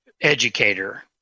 educator